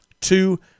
two